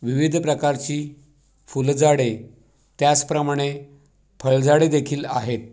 विविध प्रकारची फुलझाडे त्याचप्रमाणे फळझाडेदेखील आहेत